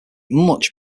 much